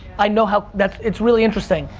i know how that, it's really interesting,